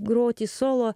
groti solo